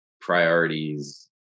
priorities